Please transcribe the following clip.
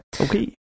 Okay